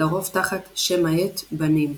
לרוב תחת שם העט "בני"ם",